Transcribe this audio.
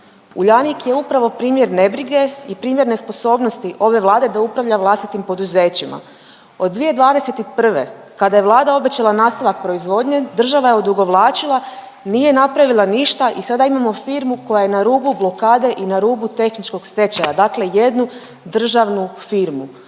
Uljanik je upravo primjer nebrige i primjer nesposobnosti ove Vlade da upravlja vlastitim poduzećima. Od 2021. kada je Vlada obećala nastavak proizvodnje država je odugovlačila, nije napravila ništa i sada imamo firmu koja je na rubu blokade i na rubu tehničkog stečaja, dakle jednu državnu firmu